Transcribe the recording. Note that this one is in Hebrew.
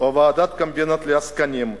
או "ועדת קומבינות לעסקנים",